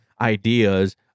ideas